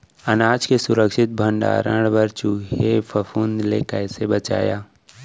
अनाज के सुरक्षित भण्डारण बर चूहे, फफूंद ले कैसे बचाहा?